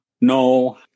No